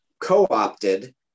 co-opted